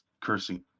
cursing